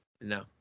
No